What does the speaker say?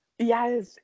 Yes